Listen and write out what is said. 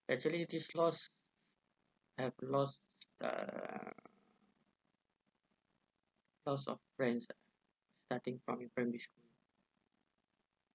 actually this loss I've lost uh lost of friends ah starting from primary school